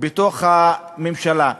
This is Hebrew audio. בתוך הממשלה.